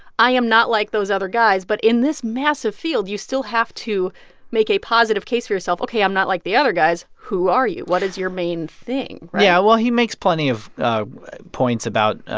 i am not like those other guys. but in this massive field, you still have to make a positive case for yourself ok. i'm not like the other guys. who are you? what is your main thing, right? yeah, well, he makes plenty of points about